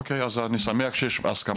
אוקיי, אז אני שמח שיש הסכמה על המוקד.